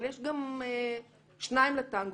אבל יש גם שניים לטנגו.